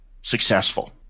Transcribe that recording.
successful